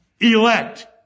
Elect